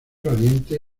valiente